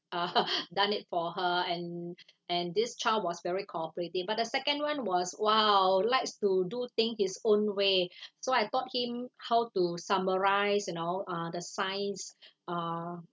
done it for her and and this child was very cooperative but the second one was !wow! likes to do thing his own way so I taught him how to summarise you know uh the science uh